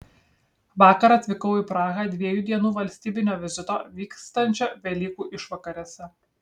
vakar atvykau į prahą dviejų dienų valstybinio vizito vykstančio velykų išvakarėse